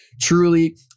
Truly